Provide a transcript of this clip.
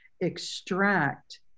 extract